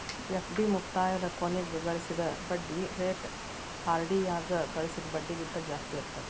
FD ಮುಕ್ತಾಯದ ಕೊನಿಗ್ ಗಳಿಸಿದ್ ಬಡ್ಡಿ ರೇಟ ಆರ್.ಡಿ ಯಾಗ ಗಳಿಸಿದ್ ಬಡ್ಡಿಗಿಂತ ಜಾಸ್ತಿ ಇರ್ತದಾ